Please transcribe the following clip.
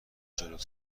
جلوت